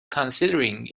considering